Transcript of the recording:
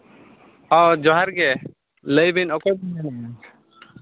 ᱦᱮᱸ ᱡᱚᱦᱟᱨ ᱜᱮ ᱞᱟᱹᱭ ᱵᱤᱱ ᱚᱠᱚᱭ ᱵᱮᱱ ᱢᱮᱱᱮᱫᱼᱟ